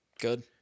good